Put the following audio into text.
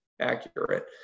accurate